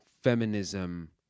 feminism